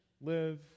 live